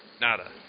nada